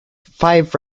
five